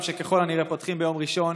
שככל הנראה אנחנו פותחים ביום ראשון.